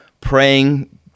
praying